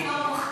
אותי לא מוחקים.